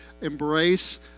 embrace